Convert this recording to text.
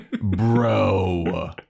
bro